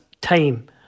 time